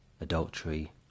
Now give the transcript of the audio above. adultery